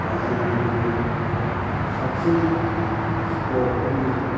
दा जोंनिफोरो साबसिन सुखुआव फैदिसिन